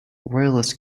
royalist